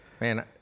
man